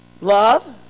Love